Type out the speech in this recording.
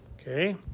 Okay